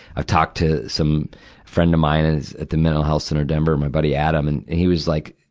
i've talked to some friend of mines at the mental health center, denver my buddy, adam and he was like,